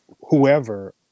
whoever